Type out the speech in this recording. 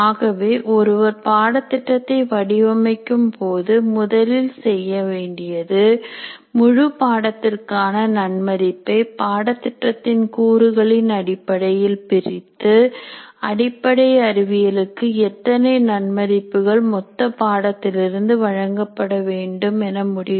ஆகவே ஒருவர் பாடத்திட்டத்தை வடிவமைக்கும் போது முதலில் செய்ய வேண்டியது முழு பாடத்திற்கான நன்மதிப்பை பாடத்திட்டத்தின் கூறுகளின் அடிப்படையில் பிரித்து அடிப்படை அறிவியலுக்கு எத்தனை நன்மதிப்புகள் மொத்த பாடத்திட்டத்தில் இருந்து வழங்க வேண்டும் என முடிவு